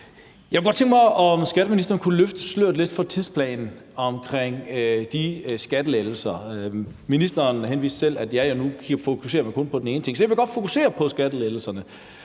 skatteministeren kunne løfte sløret lidt for tidsplanen omkring de skattelettelser. Ministeren nævnte selv, at nu fokuserer man kun på den ene ting, så jeg vil godt fokusere på skattelettelserne.